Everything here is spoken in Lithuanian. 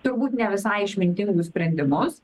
turbūt ne visai išmintingus sprendimus